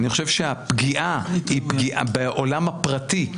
אני חושב שהפגיעה היא פגיעה, בעולם הפרטי,